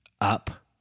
up